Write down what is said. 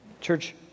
Church